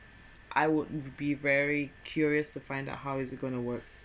I wouldn't be very curious to find out how it's gonna work